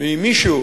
האם מישהו